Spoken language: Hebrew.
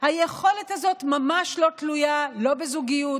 היכולת הזאת ממש לא תלויה לא בזוגיות,